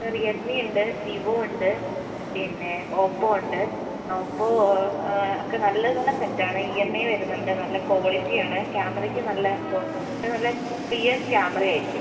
sir Realme ഉണ്ട് Vivo ഉണ്ട് പിന്നെ ഓപ്പോ ഉണ്ട് ഓപ്പോ ഒക്കെ നല്ല നല്ല സെറ്റ് ആണ് ഇ എം ഐ വരുന്നുണ്ട് നല്ല ക്വാളിറ്റി ആണ് ക്യാമറയ്ക്ക് നല്ല ക്വ നല്ല ക്ലിയർ ക്യാമറ ആയിരിക്കും